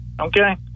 okay